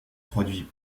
produits